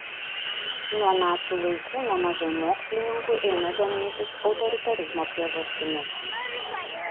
nuo nacių laikų nemažai mokslininkų ėmė domėtis autoritarizmo priežastimis